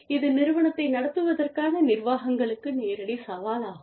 இது நிறுவனத்தை நடத்துவதற்கான நிர்வாகங்களுக்கு நேரடி சவால் ஆகும்